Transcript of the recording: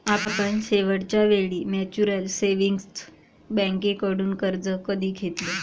आपण शेवटच्या वेळी म्युच्युअल सेव्हिंग्ज बँकेकडून कर्ज कधी घेतले?